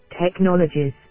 technologies